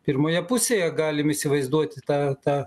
pirmoje pusėje galim įsivaizduoti tą tą